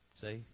See